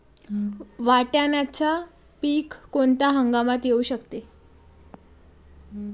वाटाण्याचे पीक कोणत्या हंगामात येऊ शकते?